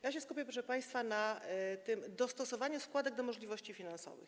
Ja się skupię, proszę państwa, na tym dostosowaniu składek do możliwości finansowych.